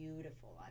beautiful